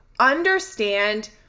understand